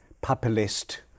populist